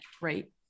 right